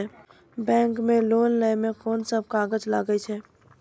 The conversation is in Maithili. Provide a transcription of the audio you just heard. बैंक मे लोन लै मे कोन सब कागज लागै छै?